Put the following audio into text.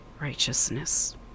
righteousness